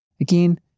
Again